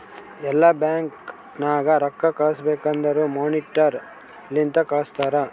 ಎಲ್ಲಾ ಬ್ಯಾಂಕ್ ನಾಗ್ ರೊಕ್ಕಾ ಕಳುಸ್ಬೇಕ್ ಅಂದುರ್ ಮೋನಿಟರಿ ಲಿಂತೆ ಕಳ್ಸುತಾರ್